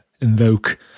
invoke